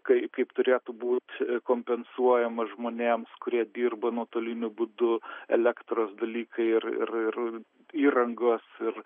kai kaip turėtų būt kompensuojama žmonėms kurie dirba nuotoliniu būdu elektros dalykai ir ir ir įrangos ir